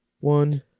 one